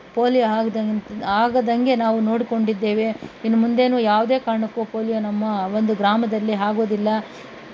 polio ಆಗ್ದಂತೆ ಆಗದಂತೆ ನಾವು ನೋಡಿಕೊಂಡಿದ್ದೇವೆ ಇನ್ನು ಮುಂದೆಯೂ ಯಾವುದೇ ಕಾರಣಕ್ಕೂ ಪೋಲಿಯೋ ನಮ್ಮ ಒಂದು ಗ್ರಾಮದಲ್ಲಿ ಆಗೋದಿಲ್ಲ